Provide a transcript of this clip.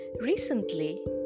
recently